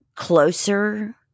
closer